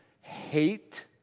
hate